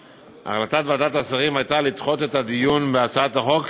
החלטת ועדת השרים הייתה לדחות את הדיון בהצעת החוק